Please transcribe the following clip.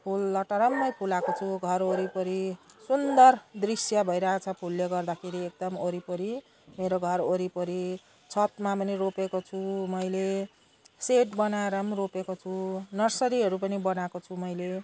फुल लटरम्मै फुलाको छु घरवरिपरि सुन्दर दृश्य भइरहेछ फुलले गर्दाखेरि एकदम वरिपरि मेरो घरवरिपरि छतमा पनि रोपेको छु मैले सेड बनाएर पनि रोपेको छु नर्सरीहरू पनि बनाएको छु मैले